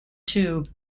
tube